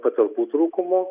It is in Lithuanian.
patalpų trūkumo